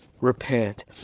Repent